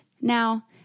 now